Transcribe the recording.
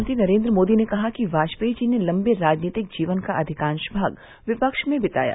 प्रधानमंत्री नरेन्द्र मोदी ने कहा कि वाजपेयी जी ने लम्बे राजनीतिक जीवन का अधिकांश भाग विपक्ष में बिताया